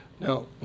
Now